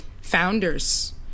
founders